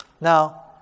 Now